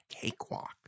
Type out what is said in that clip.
cakewalk